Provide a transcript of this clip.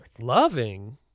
Loving